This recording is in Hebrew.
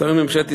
שרי ממשלת ישראל,